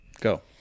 Go